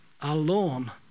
alone